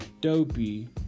Dopey